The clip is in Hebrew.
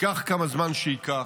ייקח כמה זמן שייקח,